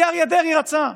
כי אריה דרעי רצה,